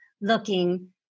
looking